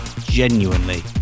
genuinely